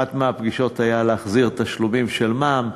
אחת הפגישות הייתה כדי להחזיר תשלומים של מע"מ,